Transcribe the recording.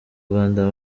rwanda